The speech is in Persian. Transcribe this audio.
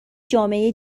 جامعه